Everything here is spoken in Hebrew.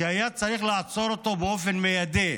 שהיה צריך לעצור אותו באופן מיידי.